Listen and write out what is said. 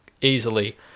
easily